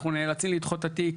ואז אנחנו נאלצים לדחות את התיק,